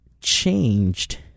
changed